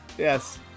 Yes